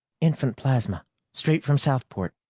infant plasma straight from southport.